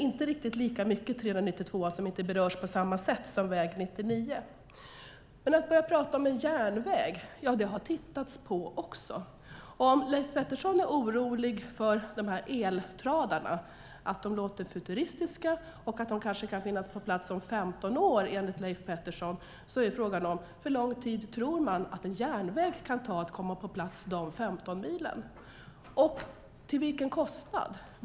Väg 392, som inte berörs på samma sätt som väg 99, kommer dock inte med riktigt lika mycket. Det talas om en järnväg, och jag kan säga att också det har tittats på. Leif Pettersson är orolig för eltradarna, att de enligt honom låter futuristiska och kanske kan finnas på plats om 15 år. Då är frågan: Hur lång tid kan det ta för en järnväg att komma på plats de 15 milen och till vilken kostnad?